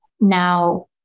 Now